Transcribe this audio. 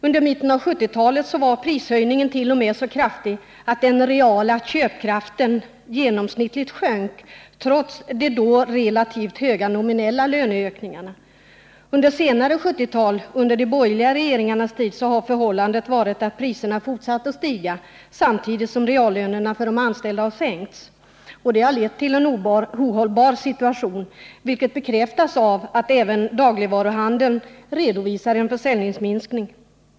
Vid mitten av 1970-talet var prishöjningen t.o.m. så kraftig att den reala köpkraften genomsnittligt sjönk, trots de då relativt höga nominella löneökningarna. Under senare delen av 1970-talet, under de borgerliga regeringarnas tid, har priserna fortsatt att stiga samtidigt som reallönerna för de anställda har sänkts. Det har lett till en ohållbar situation, vilket bekräftas av att även dagligvaruhandeln redovisar en försäljningsminskning.